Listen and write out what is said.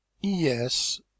Yes